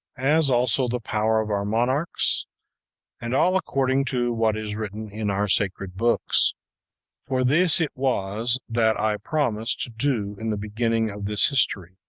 as also the power of our monarchs and all according to what is written in our sacred books for this it was that i promised to do in the beginning of this history.